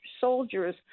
soldiers